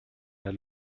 der